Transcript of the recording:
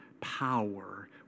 power